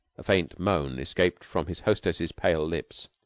a faint moan escaped from his hostess's pale lips.